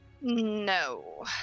no